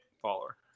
follower